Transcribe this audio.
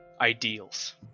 ideals